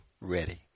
ready